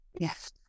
Yes